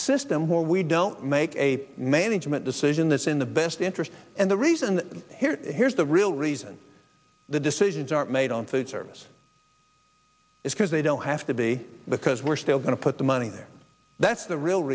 system where we don't make a management decision this in the best interest and the reason here here's the real reason the decisions aren't made on food service is because they don't have to be because we're still going to put the money there that's the real